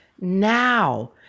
now